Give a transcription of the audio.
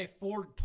Ford